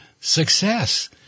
success